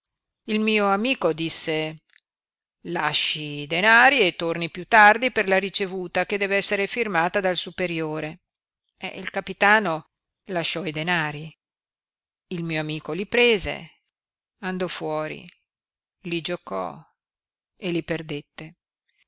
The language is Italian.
il mio amico disse lasci i denari e torni piú tardi per la ricevuta che dev'essere firmata dal superiore il capitano lasciò i denari il mio amico li prese andò fuori li giocò e li perdette